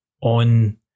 on